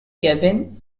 kevin